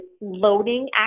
loading